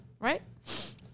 Right